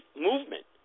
movement